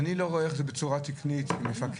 אני מאוד מודה לך, יושבת